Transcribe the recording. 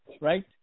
right